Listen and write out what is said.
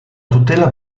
tutela